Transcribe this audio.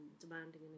demanding